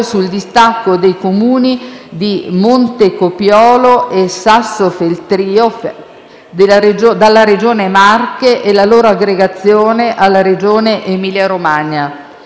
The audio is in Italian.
sul distacco dei Comuni di Montecopiolo e Sassofeltrio dalla Regione Marche e la loro aggregazione alla Regione Emilia-Romagna.